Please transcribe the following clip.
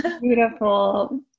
beautiful